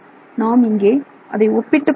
நாம் இங்கே அதை ஒப்பிட்டுப் பார்க்கிறோம்